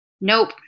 Nope